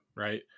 Right